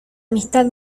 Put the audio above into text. amistad